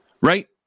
right